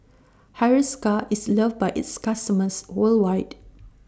Hiruscar IS loved By its customers worldwide